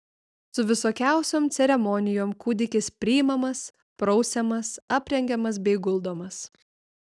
su visokiausiom ceremonijom kūdikis priimamas prausiamas aprengiamas bei guldomas